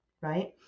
right